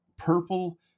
purple